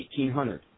1,800